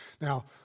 Now